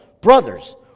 Brothers